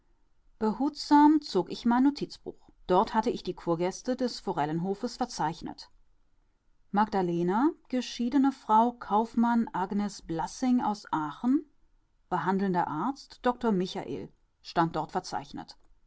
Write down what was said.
zog ich mein notizbuch dort hatte ich die kurgäste des forellenhofes verzeichnet magdalena geschiedene frau kaufmann agnes blassing aus aachen behandelnder arzt dr michael stand dort verzeichnet